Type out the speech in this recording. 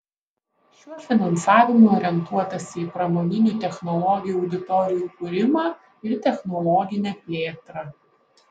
šiuo finansavimu orientuotasi į pramoninių technologijų auditorijų kūrimą ir technologinę plėtrą